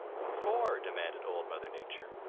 what for? demanded old mother nature.